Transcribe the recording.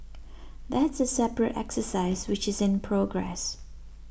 that's a separate exercise which is in progress